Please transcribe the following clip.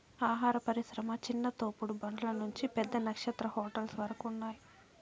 ఆహార పరిశ్రమ చిన్న తోపుడు బండ్ల నుంచి పెద్ద నక్షత్ర హోటల్స్ వరకు ఉన్నాయ్